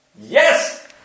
Yes